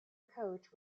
coach